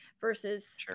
versus